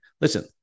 Listen